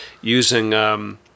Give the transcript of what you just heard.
using